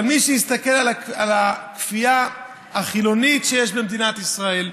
אבל מי שיסתכל על הכפייה החילונית שיש במדינת ישראל,